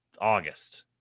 August